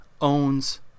owns